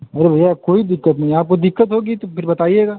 और भैया कोई दिक्कत नहीं है आपको दिक्कत होगी तो फिर बताइएगा